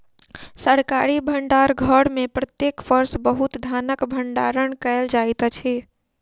सरकारी भण्डार घर में प्रत्येक वर्ष बहुत धानक भण्डारण कयल जाइत अछि